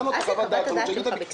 שיתייחס אל חוות הדעת שלו בקצרה.